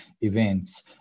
events